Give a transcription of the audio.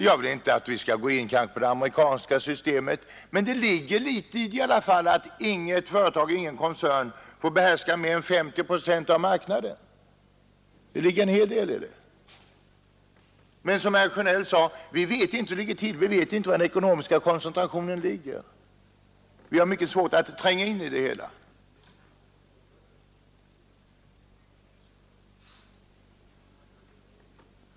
Jag vill kanske inte att vi skall gå in för det amerikanska systemet, men det ligger i alla fall en hel del i att inget företag, ingen koncern får behärska mer än 50 procent av marknaden. Men vi vet för litet om hur det ligger till med den ekonomiska koncentrationen, vi har mycket svårt att tränga in i det hela.